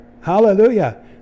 Hallelujah